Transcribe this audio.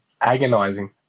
agonizing